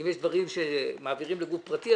אם יש דברים שמעבירים לגוף פרטי,